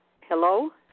hello